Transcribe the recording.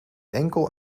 enkel